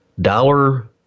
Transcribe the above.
dollar